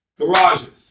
Garages